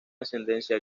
ascendencia